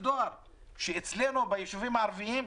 שאצלנו ביישובים הערביים,